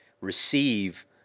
receive